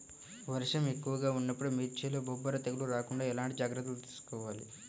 వర్షం ఎక్కువగా ఉన్నప్పుడు మిర్చిలో బొబ్బర తెగులు రాకుండా ఎలాంటి జాగ్రత్తలు తీసుకోవాలి?